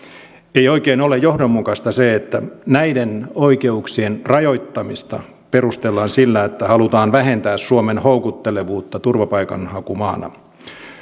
ei oikein ole johdonmukaista se että näiden oikeuksien rajoittamista perustellaan sillä että halutaan vähentää suomen houkuttelevuutta turvapaikanhakumaana